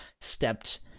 stepped